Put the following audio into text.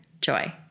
joy